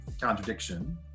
contradiction